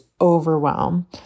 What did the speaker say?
overwhelm